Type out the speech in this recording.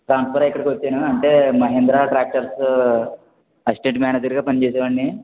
transfer అయి ఇక్కడికి వచ్చాను అంటే మహింద్రా ట్రాక్టర్స్ అసిస్టెంట్ మేనేజర్గా పని చేసేవాడిని